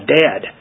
dead